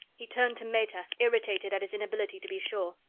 he turned to meta, irritated at his inability to be sure.